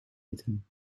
eten